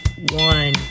one